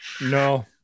No